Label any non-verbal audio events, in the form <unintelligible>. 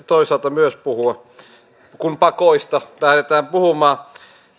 <unintelligible> toisaalta myös puhua pakkoruotsista kun pakoista lähdetään puhumaan